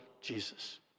Jesus